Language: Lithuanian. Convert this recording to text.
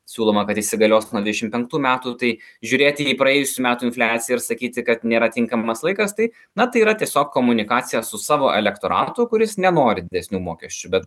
siūloma kad įsigalios nuo dvidešim penktų metų tai žiūrėti į praėjusių metų infliaciją ir sakyti kad nėra tinkamas laikas tai na tai yra tiesiog komunikacija su savo elektoratu kuris nenori didesnių mokesčių bet